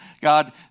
God